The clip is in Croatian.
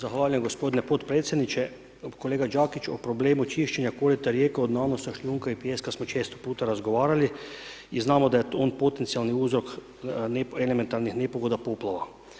Zahvaljujem gospodine podpredsjedniče, kolega Đakić o problemu čišćenja korita rijeka od nanosa šljunka i pijeska smo često puta razgovarali i znamo da je on potencijalni uzrok elementarnih nepogoda, poplava.